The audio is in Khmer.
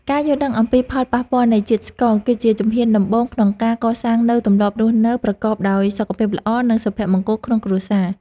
ការយល់ដឹងអំពីផលប៉ះពាល់នៃជាតិស្ករ គឺជាជំហានដំបូងក្នុងការកសាងនូវទម្លាប់រស់នៅប្រកបដោយសុខភាពល្អ និងសុភមង្គលក្នុងគ្រួសារ។